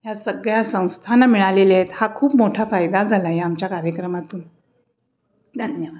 ह्या सगळ्या संस्थांना मिळालेल्या आहेत हा खूप मोठा फायदा झाला आहे आमच्या कार्यक्रमातून धन्यवाद